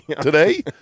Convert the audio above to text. today